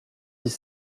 dix